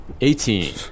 Eighteen